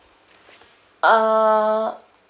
uh